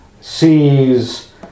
sees